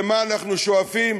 למה אנחנו שואפים.